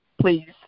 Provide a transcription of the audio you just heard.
please